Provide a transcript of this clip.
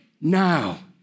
now